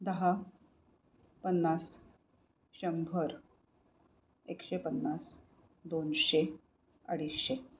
दहा पन्नास शंभर एकशे पन्नास दोनशे अडीचशे